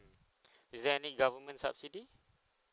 is there any government subsidy